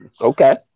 okay